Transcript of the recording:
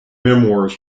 memoirs